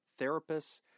therapists